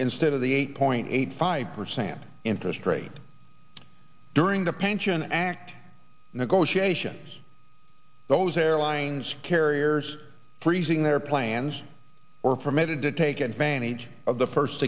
instead of the eight point eight five percent interest rate during the pension act negotiations those airlines carriers freezing their plans were permitted to take advantage of the first